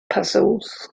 puzzles